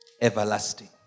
Everlasting